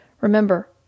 Remember